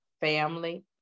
family